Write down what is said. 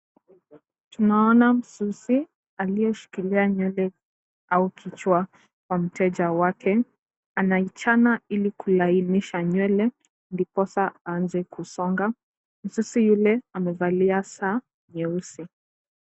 Tunaona msusi aliyeshikilia nywele au kichwa cha mteja wake. Anaichana ili kulainisha nywele ndiposa aanze kusonga. Msusi yule amevalia saa nyeusi.